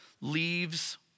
leaves